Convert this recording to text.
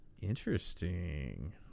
Interesting